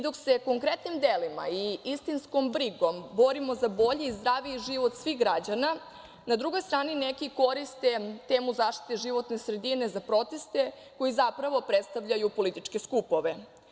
Dok se konkretnim delima i istinskom brigom borimo za bolji i zdraviji život svih građana, na drugoj strani neki koriste temu zaštite životne sredine za proteste, koji zapravo predstavljaju političke skupove.